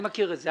אני מכיר את זה,